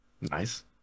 Nice